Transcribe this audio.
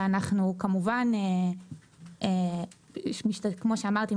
ואנחנו כמובן כמו שאמרתי,